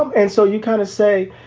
um and so you kind of say,